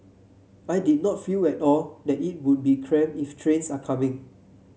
I did not feel at all that it would be cramped if trains are coming